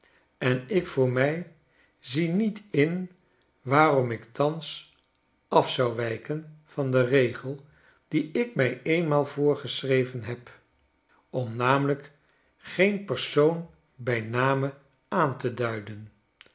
en ik voor mij zie niet in waarom ik thans af zou wyken van den regel dien ik mij eenmaal voorgeschreven heb om namelijk geen per soon by name aan te duiden